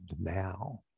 now